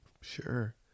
Sure